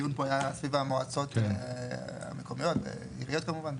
הדיון פה היה סביב המועצות המקומיות והאזוריות כמובן.